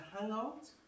hangout